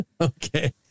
Okay